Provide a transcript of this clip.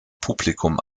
publikum